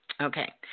okay